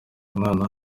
umwana